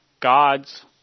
God's